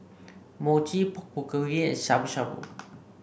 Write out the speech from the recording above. Mochi Pork Bulgogi and Shabu Shabu